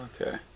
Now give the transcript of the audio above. Okay